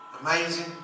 amazing